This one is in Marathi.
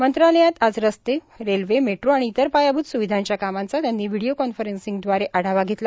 मंत्रालयात आज रस्ते रेल्वे मेट्रो आणि इतर पायाभूत सुविधांच्या कामांचा त्यांनी व्हिडीओ कॉन्फरन्सींगदवारे आढावा घेतला